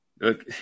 look